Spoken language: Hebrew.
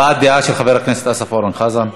הבעת דעה של חבר הכנסת אסף אורן חזן.